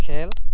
খেল